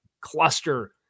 cluster